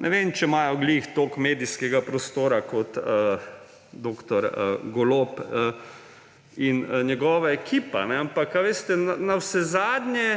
ne vem, ali imajo ravno toliko medijskega prostora kot dr. Golob in njegova ekipa. Ampak veste, navsezadnje